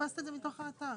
הדפסת את זה מתוך האתר?